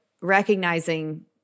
recognizing